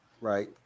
Right